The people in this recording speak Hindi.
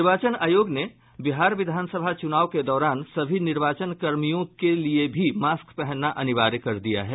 निर्वाचन आयोग ने बिहार विधानसभा चुनाव के दौरान सभी निर्वाचन कर्मियों के लिए भी मास्क पहनना अनिवार्य कर दिया है